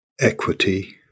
equity